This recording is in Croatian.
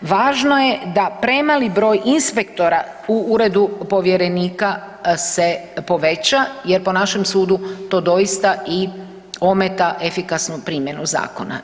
važno je da premali broj inspektora u Uredu povjerenika se poveća jer po našem sudu to doista i ometa efikasnu primjenu zakona.